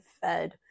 fed